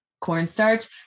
cornstarch